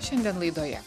šiandien laidoje